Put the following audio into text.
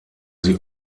sie